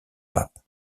pape